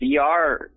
VR